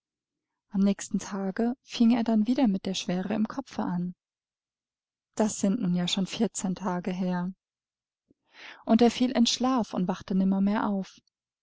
am nächsten tage fing es dann wieder mit der schwere im kopfe an das sind nun ja schon vierzehn tage her und er fiel in schlaf und wachte nimmermehr auf